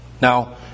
Now